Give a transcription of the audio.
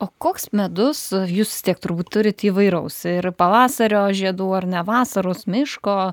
o koks medus jūs vis tiek turbūt turit įvairaus ir pavasario žiedų ar ne vasaros miško